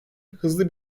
hızlı